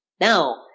Now